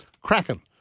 Kraken